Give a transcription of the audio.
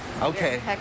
okay